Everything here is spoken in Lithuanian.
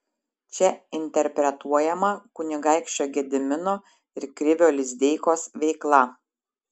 čia interpretuojama kunigaikščio gedimino ir krivio lizdeikos veikla